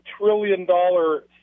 trillion-dollar